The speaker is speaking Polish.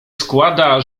składa